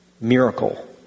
miracle